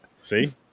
See